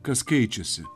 kas keičiasi